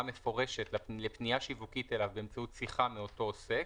מפורשת לפנייה שיווקית אליו באמצעות שיחה מאותו עוסק,